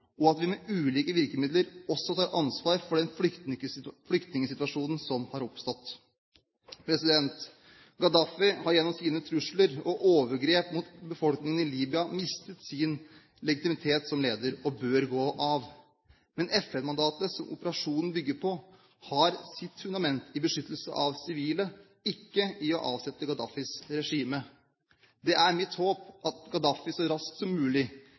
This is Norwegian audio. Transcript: og at vi med ulike virkemidler også tar ansvar for den flyktningsituasjonen som har oppstått. Gaddafi har gjennom sine trusler og overgrep mot befolkningen i Libya mistet sin legitimitet som leder, og bør gå av. Men det FN-mandatet som operasjonen bygger på, har sitt fundament i beskyttelse av sivile, ikke i å avsette Gaddafis regime. Det er mitt håp at Gaddafi så raskt som mulig